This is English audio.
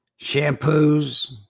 shampoos